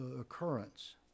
occurrence